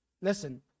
listen